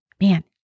Man